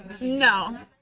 no